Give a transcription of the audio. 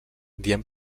diem